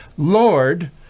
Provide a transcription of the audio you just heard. lord